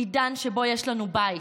בעידן שבו יש לנו בית.